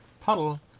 puddle